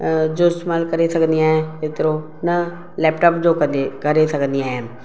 जो इस्तेमालु करे सघंदी आहियां एतिरो न लेपटॉप जो कॾहिं करे सघंदी आहियां